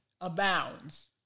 abounds